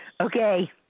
Okay